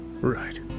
Right